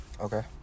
Okay